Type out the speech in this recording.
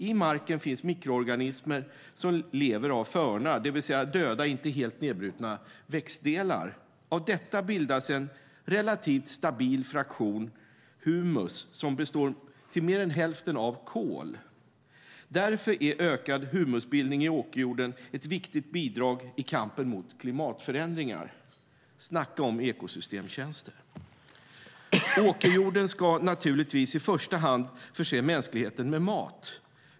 I marken finns mikroorganismer som lever av förna, det vill säga döda, inte helt nedbrutna växtdelar. Av detta bildas en relativt stabil fraktion, humus, som består till mer än hälften av kol. Därför är ökad humusbildning i åkerjorden ett viktigt bidrag i kampen mot klimatförändringar. Snacka om ekosystemtjänster! Åkerjorden ska naturligtvis i första hand förse mänskligheten med mat.